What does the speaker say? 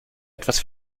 etwas